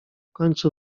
końcu